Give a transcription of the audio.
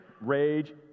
rage